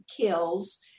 Kills